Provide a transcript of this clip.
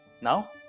Now